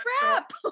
crap